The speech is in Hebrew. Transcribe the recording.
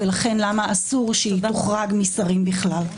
ולכן למה אסור שהיא תוחרג משרים בכלל.